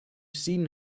seen